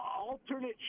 alternate